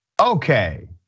Okay